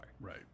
Right